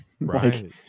Right